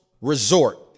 Resort